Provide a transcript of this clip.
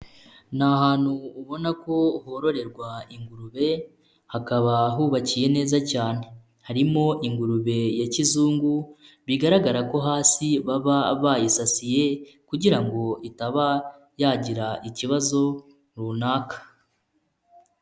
Ni ahantutu ubona ko hororerwa ingurube hakaba hubakiye neza cyane, harimo ingurube ya kizungu bigaragara ko hasi baba bayisasiye kugira ngo itaba yagira ikibazo runaka.